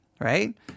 right